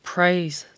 Praise